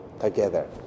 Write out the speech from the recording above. together